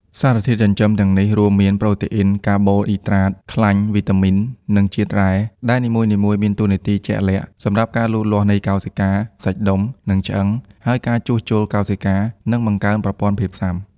សារធាតុចិញ្ចឹមទាំងនេះរួមមាន ប្រូតេអ៊ីន កាបូអ៊ីដ្រាត ខ្លាញ់ វីតាមីន និងជាតិរ៉ែ ដែលនីមួយៗមានតួនាទីជាក់លាក់ សម្រាប់ការលូតលាស់នៃកោសិកា សាច់ដុំ និងឆ្អឹង ហើយការជួសជុលកោសិកា និងបង្កើនប្រព័ន្ធភាពស៊ាំ។